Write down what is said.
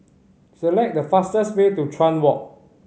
select the fastest way to Chuan Walk